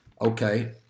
okay